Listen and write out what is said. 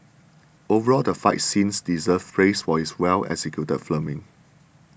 overall the fight scenes deserve praise for its well executed filming